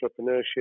entrepreneurship